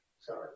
sorry